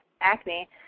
acne